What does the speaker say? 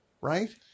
right